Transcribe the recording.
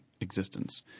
existence